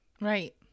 Right